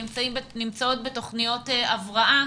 נמצאות בתכניות הבראה,